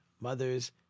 mothers